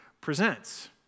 presents